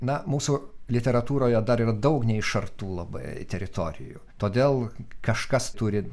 na mūsų literatūroje dar yra daug neištartų labai teritorijų todėl kažkas turi